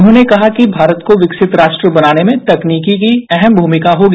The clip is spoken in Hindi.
उन्होंने कहा कि भारत को विकसित राष्ट्र बनाने में तकनीकी की अहम भूमिका होगी